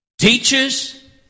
Teachers